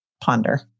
ponder